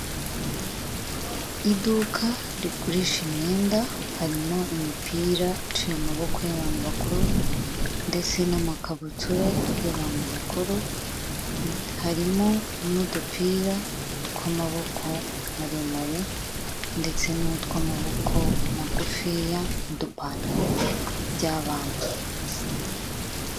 Iduka rigurisha imyenda harimo imipira iciye amaboko y'abantu bakuru ndetse n'amakabutura y'abantu bakuru harimo n'udupira tw'amaboko maremare ndetse n'utw'amaboko magufi n'udupantaro by'abana.